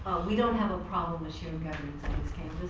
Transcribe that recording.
we don't have a problem with sharing governance